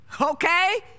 okay